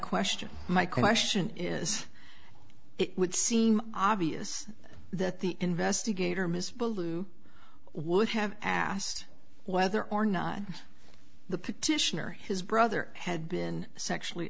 question my question is it would seem obvious that the investigator ms ballou would have asked whether or not the petitioner his brother had been sexually